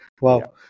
Wow